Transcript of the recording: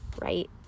right